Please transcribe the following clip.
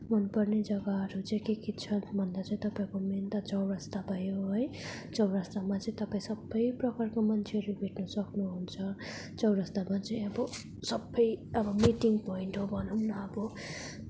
मनपर्ने जग्गाहरू चाहिँ के के छ भन्दा चाहिँ तपाईँहरूको मेन त चौरस्ता भयो है चौरस्तामा चाहिँ तपाईँ सबै प्रकारको मान्छेहरू भेट्नु सक्नुहुन्छ चौरस्तामा चाहिँ अब सबै अब मिटिङ पोइन्ट हो भनौँ न अब